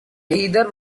heather